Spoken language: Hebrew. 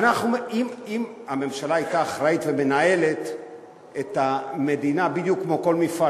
אם הממשלה הייתה אחראית ומנהלת את המדינה בדיוק כמו כל מפעל,